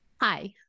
Hi